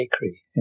bakery